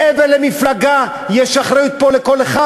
מעבר למפלגה, יש אחריות פה לכל אחד.